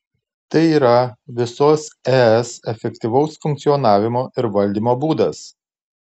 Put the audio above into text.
tai yra visos es efektyvaus funkcionavimo ir valdymo būdas